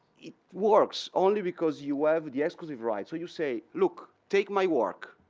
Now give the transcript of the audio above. it works only because you have the exclusive rights or you say, look, take my work.